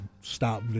stop